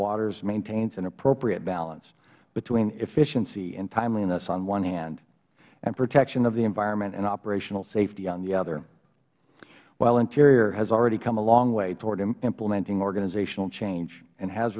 waters maintains an appropriate balance between efficiency and timeliness on one hand and protection of the environment and operational safety on the other while interior has already come a long way toward implementing organizational change and has